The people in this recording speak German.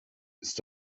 ist